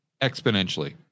exponentially